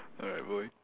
all right boy